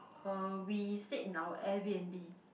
uh we stayed in our Air B_n_b